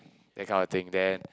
that kind of thing then